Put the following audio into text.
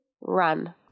run